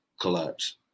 collapse